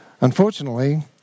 Unfortunately